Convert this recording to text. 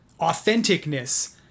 authenticness